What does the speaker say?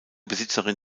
besitzerin